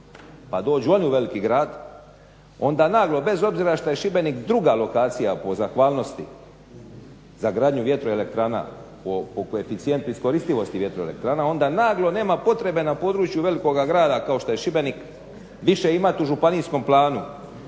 pa dođu oni u veliki grad onda naglo, bez obzira što je Šibenik druga lokacija po zahvalnosti za gradnju vjetroelektrana, po koeficijentu iskoristivosti vjetroelektrana onda naglo nema potrebe na području velikoga grada kao što je Šibenik više imat u županijskom planu